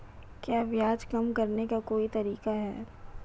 क्या ब्याज कम करने का कोई तरीका है?